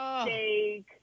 steak